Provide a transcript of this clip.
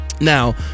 Now